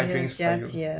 假假